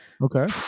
Okay